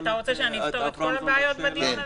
דפנה מאור, משרד העבודה.